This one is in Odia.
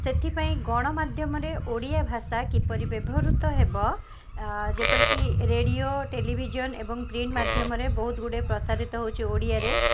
ସେଥିପାଇଁ ଗଣମାଧ୍ୟମରେ ଓଡ଼ିଆ ଭାଷା କିପରି ବ୍ୟବହୃତ ହେବ ଯେପରିକି ରେଡ଼ିଓ ଟେଲିଭିଜନ୍ ଏବଂ ପ୍ରିଣ୍ଟ ମାଧ୍ୟମରେ ବହୁତ ଗୁଡ଼ିଏ ପ୍ରସାରିତ ହେଉଛି ଓଡ଼ିଆରେ